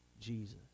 Jesus